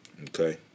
Okay